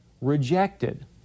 rejected